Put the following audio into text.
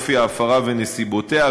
אופי ההפרה ונסיבותיה,